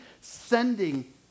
sending